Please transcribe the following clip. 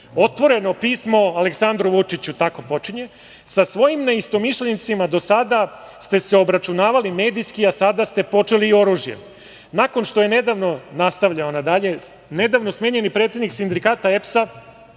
„Otvoreno pismo Aleksandru Vučiću“, tako počinje, „sa svojim neistomišljenicima do sada ste se obračunavali medijski, a sada ste počeli i oružjem“. „Nakon što je nedavno“, nastavlja ona dalje, „smenjen i predsednik Sindikata EPS-a